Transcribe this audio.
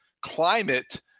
climate